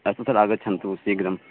अस्तु तथा आगच्छन्तु शीघ्रं